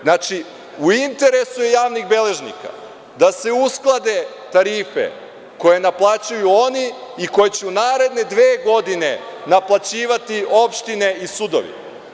Znači, u interesu je javnih beležnika da se usklade tarife koje naplaćuju oni i koje će u naredne dve godine naplaćivati opštine i sudovi.